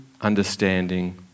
understanding